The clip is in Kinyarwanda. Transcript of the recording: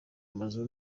amazu